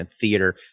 theater